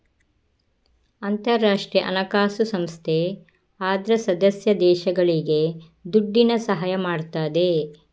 ಅಂತಾರಾಷ್ಟ್ರೀಯ ಹಣಕಾಸು ಸಂಸ್ಥೆ ಅದ್ರ ಸದಸ್ಯ ದೇಶಗಳಿಗೆ ದುಡ್ಡಿನ ಸಹಾಯ ಮಾಡ್ತದೆ